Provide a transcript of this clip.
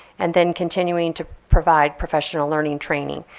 and then continuing to provide professional learning training.